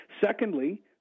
Secondly